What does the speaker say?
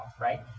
right